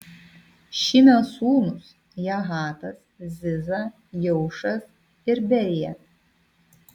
šimio sūnūs jahatas ziza jeušas ir berija